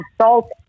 salt